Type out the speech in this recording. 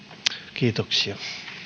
kiitoksia